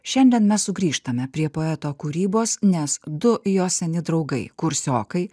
šiandien mes sugrįžtame prie poeto kūrybos nes du jo seni draugai kursiokai